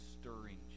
stirring